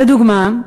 לדוגמה,